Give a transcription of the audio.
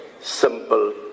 simple